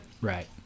Right